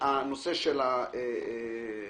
הנושא של התאוריה.